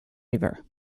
river